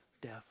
death